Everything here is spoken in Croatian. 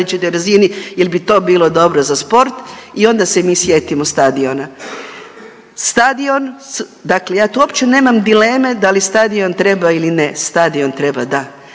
jel bi to bilo dobro za sport i onda se mi sjetimo stadiona. Stadion, dakle ja tu opće nemam dileme da li stadion treba ili ne, stadion treba da,